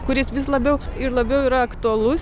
kuris vis labiau ir labiau yra aktualus